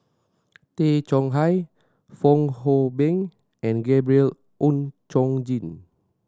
Tay Chong Hai Fong Hoe Beng and Gabriel Oon Chong Jin